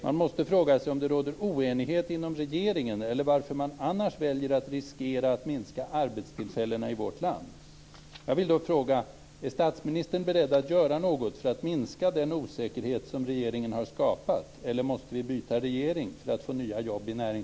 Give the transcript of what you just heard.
Man måste fråga sig om det råder oenighet inom regeringen eller varför man annars väljer att riskera att minska arbetstillfällena i vårt land.